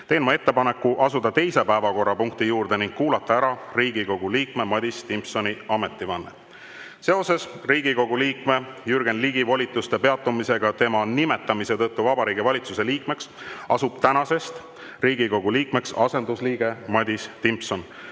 teen ma ettepaneku asuda teise päevakorrapunkti juurde ning kuulata ära Riigikogu liikme Madis Timpsoni ametivanne. Seoses Riigikogu liikme Jürgen Ligi volituste peatumisega tema nimetamise tõttu Vabariigi Valitsuse liikmeks asub tänasest Riigikogu liikmeks asendusliige Madis Timpson.